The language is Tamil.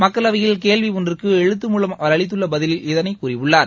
மக்களவையில் கேள்வி கஒன்றிற்கு எழுத்து மூலம் அவர் அளித்துள்ள பதிலில் இதனை கூறியுள்ளார்